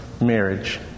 marriage